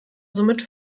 somit